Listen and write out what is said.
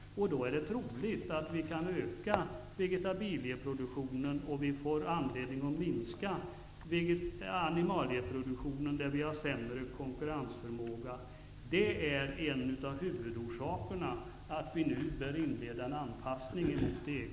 Då är det troligt att vi kan öka vegetabilieproduktionen, samtidigt som vi får anledning att minska animalieproduktionen, där vi har sämre konkurrensförmåga. Det är en av huvudorsakerna till att vi nu bör inleda en anpassning till EG.